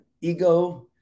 ego